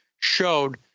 showed